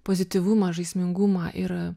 pozityvumą žaismingumą ir